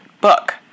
book